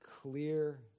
clear